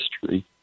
history